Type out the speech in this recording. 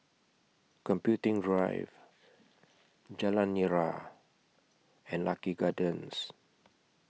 Computing Drive Jalan Nira and Lucky Gardens